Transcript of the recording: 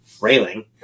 railing